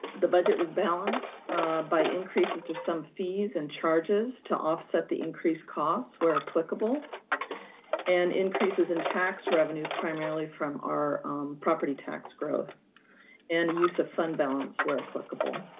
the budget was balanced by increases to some fees and charges to offset the increased costs where applicable and increases in tax revenue, primarily from our property tax growth and use of fund balance where applicable.